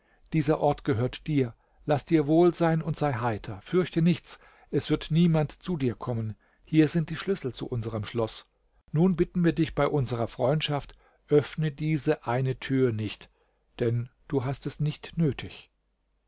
dieser ort gehört dir laß dir wohl sein und sei heiter fürchte nichts es wird niemand zu dir kommen hier sind die schlüssel zu unserm schloß nur bitten wir dich bei unserer freundschaft öffne diese eine tür nicht denn du hast es nicht nötig